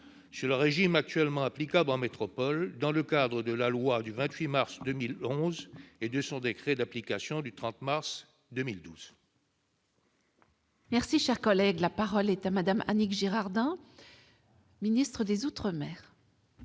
sur le régime actuellement applicable en métropole, dans le cadre de la loi du 28 mars 2011 et de son décret d'application du 30 mars 2012. La parole est à Mme la ministre des outre-mer.